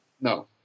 No